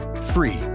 free